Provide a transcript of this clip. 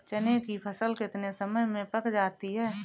चने की फसल कितने समय में पक जाती है?